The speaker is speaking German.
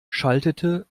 schaltete